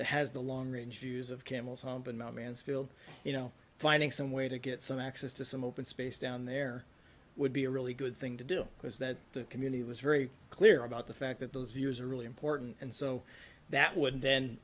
that has the long range views of camel's hump and mount mansfield you know finding some way to get some access to some open space down there would be a really good thing to do because that the community was very clear about the fact that those years are really important and so that would then